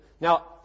Now